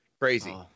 Crazy